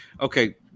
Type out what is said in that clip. okay